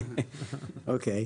אוקיי?